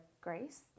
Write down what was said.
grace